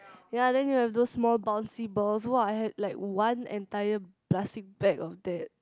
ya then you have those small bouncy balls what I had like one entire plastic bag of that